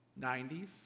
90s